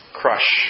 crush